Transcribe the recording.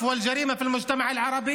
הממשלה הזאת מתעלמת מהחברה הערבית,